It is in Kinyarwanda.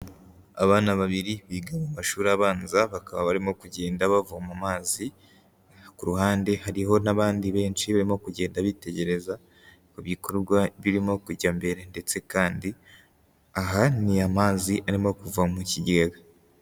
Abana babiri biga mu mashuri abanza bakaba barimo kugenda bavoma mazi, ku ruhande hariho n'abandi benshi barimo kugenda bitegereza ku bikorwa birimo kujya mbere, ndetse kandi aha ni amazi arimo kuva mu kigega.